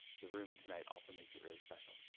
the room tonight also makes it really special.